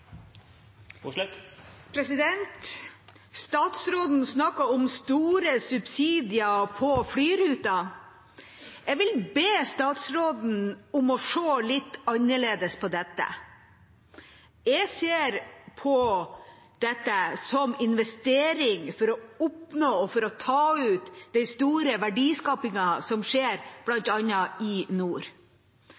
med. Statsråden snakket om store subsidier på flyruter. Jeg vil be statsråden om å se litt annerledes på dette. Jeg ser på dette som investering for å oppnå og ta ut den store verdiskapingen som skjer